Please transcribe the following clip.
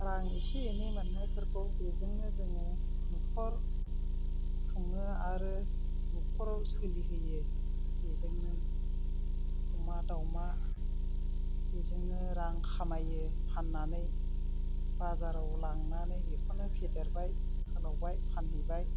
रां एसे एनै मोननायफोरखौ बेजोंनो जोङो न'खर खुङो आरो न'खराव सोलि होयो बेजोंनो अमा दावमा बेजोंनो रां खामायो फाननानै बाजाराव लांनानै बेखौनो फेदेरबाय फोलावबाय फानहैबाय